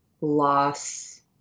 loss